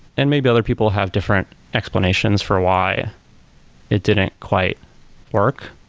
and maybe other people have different explanations for why it didn't quite work.